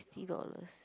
sixty dollars